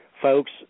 Folks